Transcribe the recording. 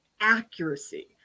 accuracy